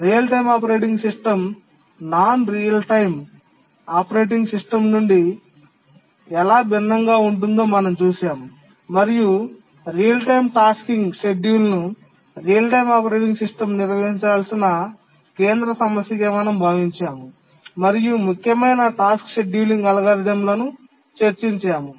real time operating system non real time operating system నుండి ఎలా భిన్నంగా ఉంటుందో మనం చూశాము మరియు రియల్ టైమ్ టాస్కింగ్ షెడ్యూల్ను రియల్ టైమ్ ఆపరేటింగ్ సిస్టమ్ నిర్వహించాల్సిన కేంద్ర సమస్యగా మనం భావించాము మరియు ముఖ్యమైన టాస్క్ షెడ్యూలింగ్ అల్గోరిథంలను చర్చించాము